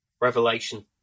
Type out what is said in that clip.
revelation